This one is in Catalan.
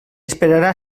esperarà